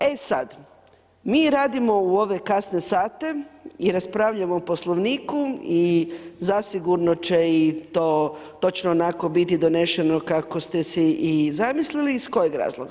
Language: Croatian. E sad, mi radimo u ove kasne sate i raspravljamo o Poslovniku i zasigurno će i to točno onako biti donešeno kako ste si i zamislili iz kojeg razloga?